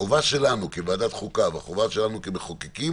החובה שלנו כוועדת החוקה והחובה שלנו כמחוקקים